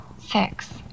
six